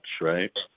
right